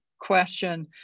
question